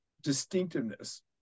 distinctiveness